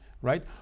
Right